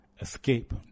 Escape